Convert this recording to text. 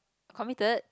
committed